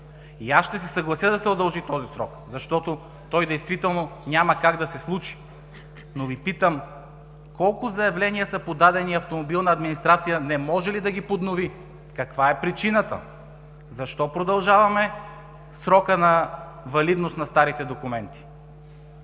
И аз ще се съглася да се удължи този срок, защото той действително няма как да се случи, но Ви питам колко заявления са подадени и „Автомобилна администрация“ не може ли да ги поднови? Каква е причината? Защо продължаваме срока на валидност на старите документи?